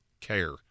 care